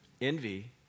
Envy